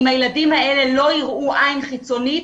אם הילדים האלה לא יראו עין חיצונית,